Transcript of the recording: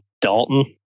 Dalton